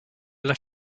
alla